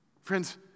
Friends